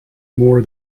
more